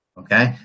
okay